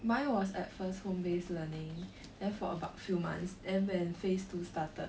mine was at first home based learning therefore about few months then when phase two started